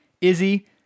Izzy